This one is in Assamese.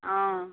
অঁ